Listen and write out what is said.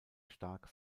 stark